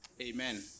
Amen